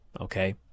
Okay